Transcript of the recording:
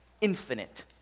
infinite